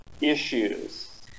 issues